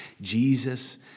Jesus